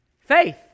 Faith